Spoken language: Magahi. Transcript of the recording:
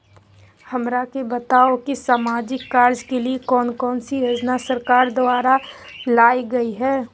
हमरा के बताओ कि सामाजिक कार्य के लिए कौन कौन सी योजना सरकार द्वारा लाई गई है?